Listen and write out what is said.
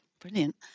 Brilliant